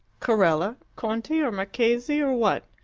carella? conte or marchese, or what?